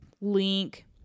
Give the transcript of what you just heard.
link